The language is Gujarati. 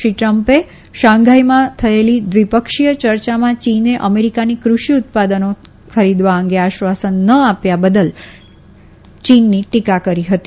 શ્રી ટ્રમ્પે શાંઘાઈમાં થયેલી દ્વિપક્ષીય ચર્યામાં ચીને અમેરીકાની ક્રષી ઉત્પાદનો ખરીદવા અંગે આશ્વાસન ન આપ્યા બદલ શ્રી ટ્રમ્પે ચીનની ટીકા કરી હતી